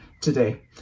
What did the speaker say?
today